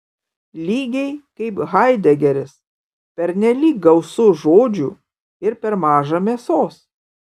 lygiai kaip haidegeris pernelyg gausu žodžių ir per maža mėsos